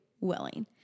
willing